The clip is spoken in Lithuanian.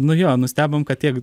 nu jo nustebom kad tiek